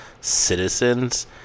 citizens